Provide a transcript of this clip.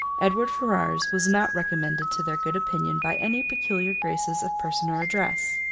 edward ferrars was not recommended to their good opinion by any peculiar graces of person or address.